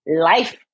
life